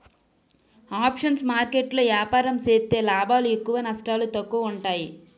options market లో ఏపారం సేత్తే లాభాలు ఎక్కువ నష్టాలు తక్కువ ఉంటాయి